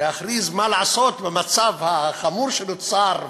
להכריז מה לעשות במצב החמור שנוצר,